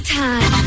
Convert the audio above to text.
time